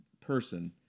person